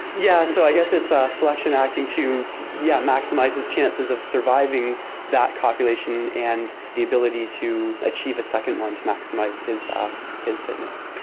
yeah so i guess it's ah selection acting to yeah maximise his chances of surviving that copulation and the ability to achieve a second one to maximise his his fitness.